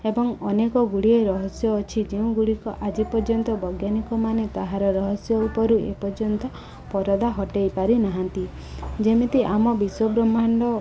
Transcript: ଏବଂ ଅନେକ ଗୁଡ଼ିଏ ରହସ୍ୟ ଅଛି ଯେଉଁଗୁଡ଼ିକ ଆଜି ପର୍ଯ୍ୟନ୍ତ ବୈଜ୍ଞାନିକମାନେ ତାହାର ରହସ୍ୟ ଉପରୁ ଏପର୍ଯ୍ୟନ୍ତ ପରଦା ହଟେଇ ପାରିନାହାନ୍ତି ଯେମିତି ଆମ ବିଶ୍ୱବ୍ରହ୍ମାଣ୍ଡ